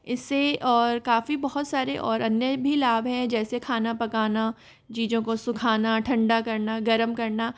इस से और काफ़ी बहुत सारे और अन्य भी लाभ हैं जैसे खाना पकाना चीज़ों को सुखाना ठंडा करना गर्म करना